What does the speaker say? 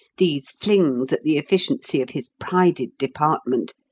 these flings at the efficiency of his prided department,